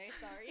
Sorry